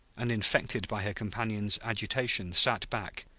and, infected by her companion's agitation, sat back,